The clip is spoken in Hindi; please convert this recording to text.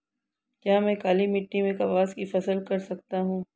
क्या मैं काली मिट्टी में कपास की फसल कर सकता हूँ?